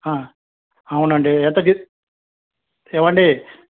ఆ అవునండి ఎంత తీస్ ఏమండీ